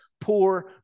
poor